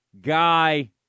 guy